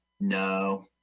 No